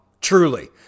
Truly